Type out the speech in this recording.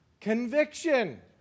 Conviction